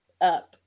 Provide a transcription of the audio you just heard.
up